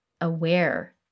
aware